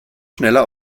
schneller